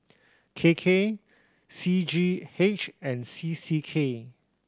K K C G H and C C K